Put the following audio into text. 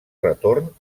retorn